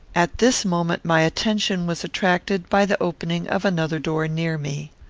at this moment my attention was attracted by the opening of another door near me.